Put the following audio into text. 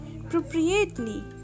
appropriately